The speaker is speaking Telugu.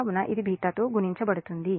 కాబట్టి ఇది β తో గుణించబడుతుంది